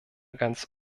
ganz